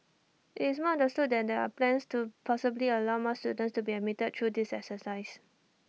it's understood that there're plans to possibly allow more students to be admitted through this exercise